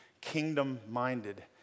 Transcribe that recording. kingdom-minded